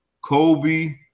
Kobe